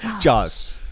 Jaws